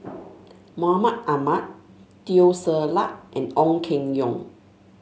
Mahmud Ahmad Teo Ser Luck and Ong Keng Yong